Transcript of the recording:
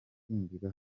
kwinjira